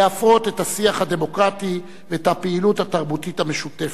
להפרות את השיח הדמוקרטי ואת הפעילות התרבותית המשותפת.